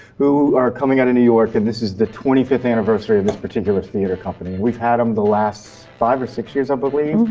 who are coming out of new york. and this is the twenty fifth anniversary of this particular theater company. we've had them the last five or six years, i believe,